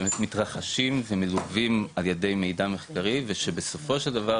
באמת מתרחשים ומלווים על ידי מידע מחקרי ושבסופו של דבר,